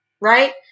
right